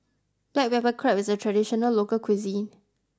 Black Pepper Crab is a traditional local cuisine